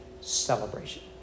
celebration